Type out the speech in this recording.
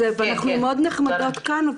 ואנחנו מאוד נחמדות כאן,